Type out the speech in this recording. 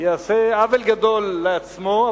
יעשה עוול גדול לעצמו,